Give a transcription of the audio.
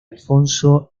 alfonso